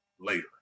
later